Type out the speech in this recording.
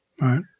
Right